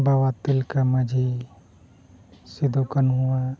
Baba Tilka Majhi Sido ᱠᱟᱹᱱᱩᱣᱟᱜ